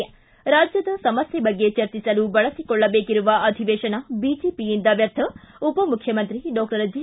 ಿ ರಾಜ್ಯದ ಸಮಸ್ಯೆ ಬಗ್ಗೆ ಚರ್ಚಿಸಲು ಬಳುಕೊಳ್ಳಬೇಕಿರುವ ಅಧಿವೇಶನ ಬಿಜೆಪಿಯಿಂದ ವ್ಯರ್ಥ ಉಪಮುಖ್ಯಮಂತ್ರಿ ಡಾಕ್ಟರ್ ಜಿ